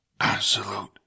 Absolute